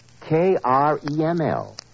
K-R-E-M-L